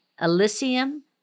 elysium